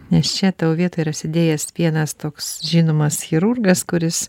nes čia toj vietoj yra sėdėjęs vienas toks žinomas chirurgas kuris